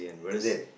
is it